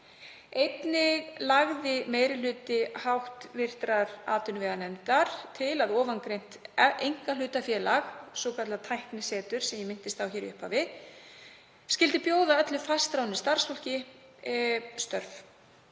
Einnig lagði meiri hluti hv. atvinnuveganefndar til að ofangreint einkahlutafélag, svokallað tæknisetur sem ég minntist á í upphafi, skyldi bjóða öllu fastráðnu starfsfólki störf,